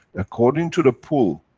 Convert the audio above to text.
according to the pull,